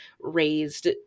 raised-